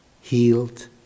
healed